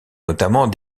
notamment